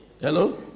Hello